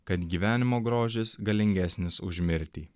kad gyvenimo grožis galingesnis už mirtį